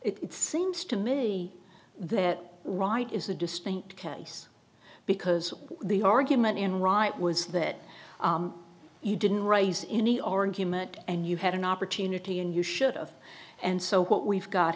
it seems to me that right is a distinct case because the argument in right was that you didn't raise any argument and you had an opportunity and you should of and so what we've got